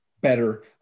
better